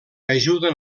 ajuden